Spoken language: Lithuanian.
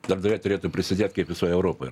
darbdaviai turėtų prisidėt kaip visoje europoj